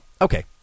Okay